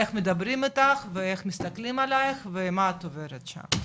איך מדברים איתך ואיך מסתכלים עלייך ומה את עוברת שם.